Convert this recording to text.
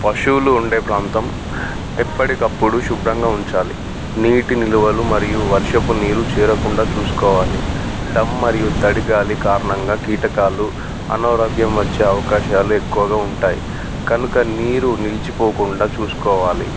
పశువులు ఉండే ప్రాంతం ఎప్పటికప్పుడు శుభ్రంగా ఉంచాలి నీటి నిలువలు మరియు వర్షపు నీరు చేరకుండా చూసుకోవాలి డమ్ మరియు తడిగాలి కారణంగా కీటకాలు అనారోగ్యం వచ్చే అవకాశాలు ఎక్కువగా ఉంటాయి కనుక నీరు నిలిచిపోకుండా చూసుకోవాలి